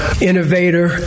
innovator